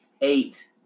eight